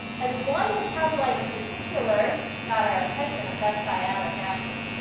and one metabolite in particular got our attention, and that's sialic acid.